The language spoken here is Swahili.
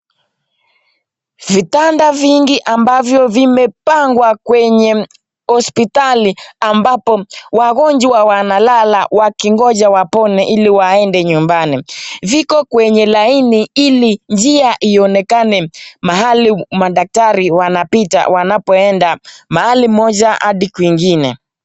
Vitanda vingi ambavyo vimepangwa kwenye hospitali ambapo wagonjwa wanalala wakingonja kupona waende nyumbani. Viko laini ili njia ionekane, mahali daktari wanapita ili kuenda mahali moja hadi kwingine.